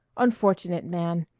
unfortunate man!